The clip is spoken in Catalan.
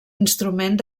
instrument